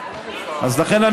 אז לכן,